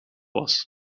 was